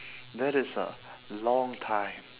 that is a long time